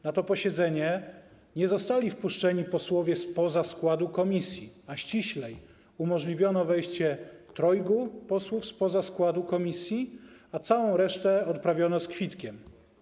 Na to posiedzenie nie zostali wpuszczeni posłowie spoza składu komisji, a ściślej - umożliwiono wejście trojgu posłów spoza składu komisji, a całą resztę odprawiono z kwitkiem.